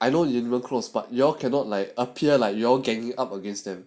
I know you general close but you all cannot like appear like you all ganging up against them